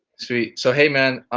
sweet, so hey man,